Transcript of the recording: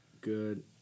Good